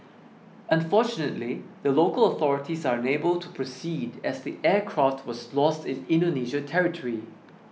unfortunately the local authorities are unable to proceed as the aircraft was lost in Indonesia territory